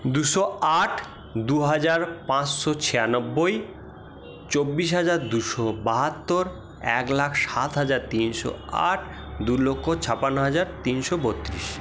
দুশো আট দু হাজার পাঁসশো ছিয়ানব্বই চব্বিশ হাজার দুশো বাহাত্তর এক লাখ সাত হাজার তিনশো আট দু লক্ষ ছাপ্পান্ন হাজার তিনশো বত্রিশ